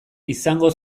izango